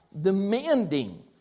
demanding